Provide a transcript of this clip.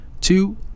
two